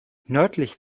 nördlich